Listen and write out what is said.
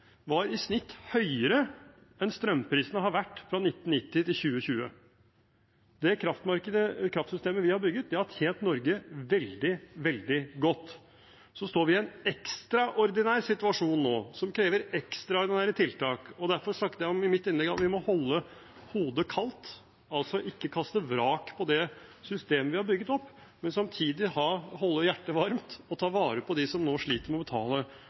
enn de har vært fra 1990 til 2020. Det kraftsystemet vi har bygget, har tjent Norge veldig, veldig godt. Så står vi nå i en ekstraordinær situasjon som krever ekstraordinære tiltak. Derfor snakket jeg i mitt innlegg om at vi må holde hodet kaldt, altså ikke kaste vrak på det systemet vi har bygget opp, men samtidig holde hjertet varmt og ta vare på dem som nå sliter med å betale